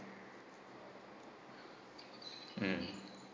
mm